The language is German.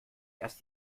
erst